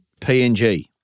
PNG